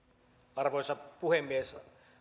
arvoisa puhemies